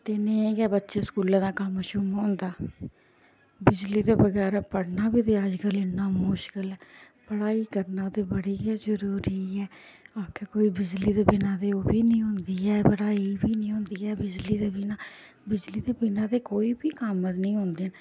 ते नेईं गै बच्चे स्कूलें दा कम्म शम्म होंदा बिजली दे बगैरा पढ़ना बी ते अज्जकल इन्ना मुश्कल ऐ पढ़ाई करना ते बड़ी गै जरूरी ऐ आखै कोई बिजली दे बिना ते ओह् बी नी होंदी ऐ पढ़ाई बी नी होंदी ऐ बिजली दे बिना बिजली दे बिना ते कोई बी कम्म नेईं होंदे